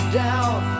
down